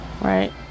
Right